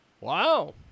Wow